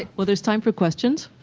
well, there's time for questions.